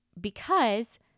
because-